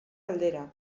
aldera